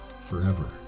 forever